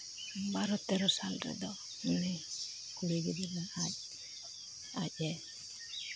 ᱵᱟᱨᱚ ᱛᱮᱨᱚ ᱥᱟᱞ ᱨᱮᱫᱚ ᱱᱩᱭ ᱠᱩᱲᱤ ᱜᱤᱫᱽᱨᱟᱹ ᱟᱡ ᱟᱡᱼᱮ